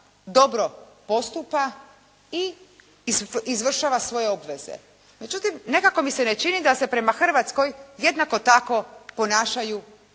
dobro postupa i izvršava svoje obveze. Međutim, nekako mi se ne čini da se prema Hrvatskoj jednako tako ponašaju